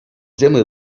dimly